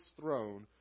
throne